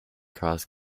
cross